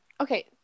Okay